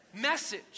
message